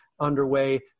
underway